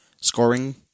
Scoring